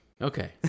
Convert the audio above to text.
Okay